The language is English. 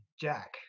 Jack